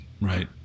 right